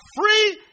free